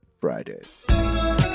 Friday